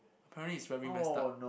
apparently it's very messed up